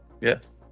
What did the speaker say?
Yes